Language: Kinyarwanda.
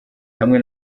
hamwe